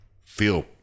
feel